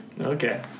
Okay